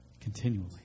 continually